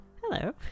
Hello